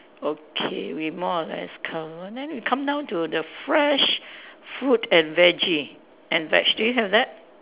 okay we more or less cover then we come down to the fresh fruit and veggie and veg do you have that